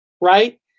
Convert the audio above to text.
right